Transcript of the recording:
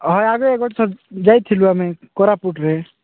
ହଁ ଆଗେ ଗୋଟେ ଥର ଯାଇଥିଲୁ ଆମେ କୋରାପୁଟରେ